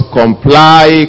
comply